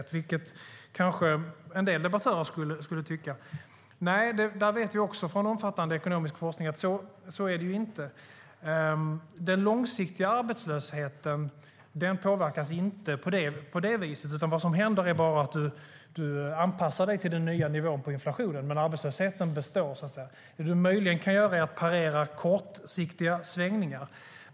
Det tycker kanske en del debattörer. Nej, vi vet från omfattande ekonomisk forskning att det inte är så. Den långsiktiga arbetslösheten påverkas inte på det viset, utan man anpassar sig bara till den nivån på inflationen. Arbetslösheten består. Det man möjligen kan göra är att parera kortsiktiga svängningar.